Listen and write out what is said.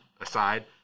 aside